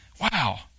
Wow